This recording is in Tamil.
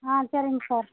ஆ சரிங்க சார்